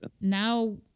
now